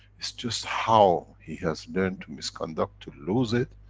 it's just how he has learned to misconduct to lose it,